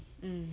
mm